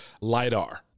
LIDAR